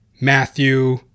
Matthew